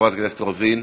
מוותר, חברת הכנסת רוזין,